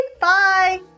bye